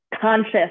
conscious